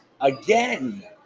again